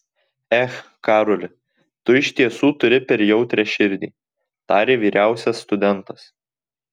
ech karoli tu iš tiesų turi per jautrią širdį tarė vyriausias studentas